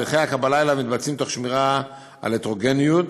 הליכי הקבלה אליו מתבצעים בשמירה על הטרוגניות